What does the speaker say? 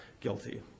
guilty